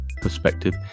perspective